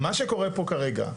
מה שקורה פה כרגע,